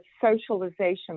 socialization